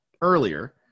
earlier